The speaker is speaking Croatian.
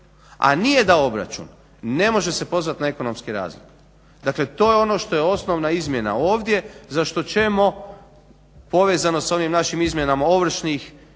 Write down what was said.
a nije dao obračun ne može se pozvati na ekonomski razlog. Dakle, to je ono što je osnovna izmjena ovdje za što ćemo povezano s onim našim izmjenama ovršnih